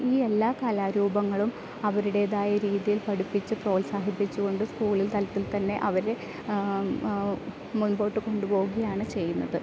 ഈ എല്ലാ കലാരൂപങ്ങളും അവരുടേതായ രീതിയിൽ പഠിപ്പിച്ചു പ്രോത്സാഹിപ്പിച്ചു കൊണ്ട് സ്കൂളിൽ തലത്തിൽ തന്നെ അവരെ മുൻപോട്ട് കൊണ്ടു പോവുകയാണ് ചെയ്യുന്നത്